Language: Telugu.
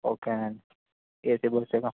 ఓకే అండి ఏసీ బస్సేగా